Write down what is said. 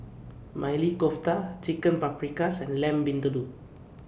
Maili Kofta Chicken Paprikas and Lamb Vindaloo